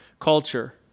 culture